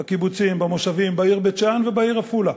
בקיבוצים, במושבים, בעיר בית-שאן ובעיר עפולה.